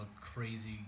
crazy